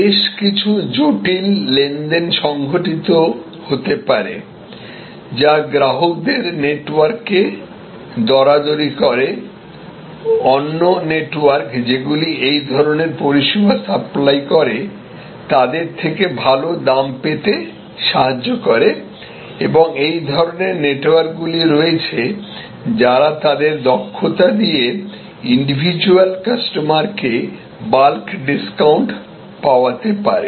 বেশ কিছু জটিল লেনদেন সংঘটিত হতে পারে যা গ্রাহকদের নেটওয়ার্ককে দরাদরি করে অন্য নেটওয়ার্ক যেগুলি এই ধরনের পরিষেবা সাপ্লাই করে তাদের থেকে ভাল দাম পেতে সাহায্য করে এবং এই ধরনের নেটওয়ার্কগুলি রয়েছেযারা তাদের দক্ষতা দিয়ে ইন্ডিভিজুয়াল কাস্টমার কে বাল্ক ডিসকাউন্ট পাওয়াতে পারে